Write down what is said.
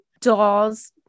dolls